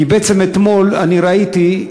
כי אתמול אני בעצם ראיתי,